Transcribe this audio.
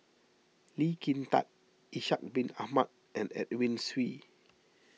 Lee Kin Tat Ishak Bin Ahmad and Edwin Siew